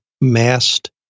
mast